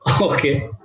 Okay